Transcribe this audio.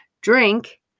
drink